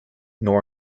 nor